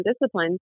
discipline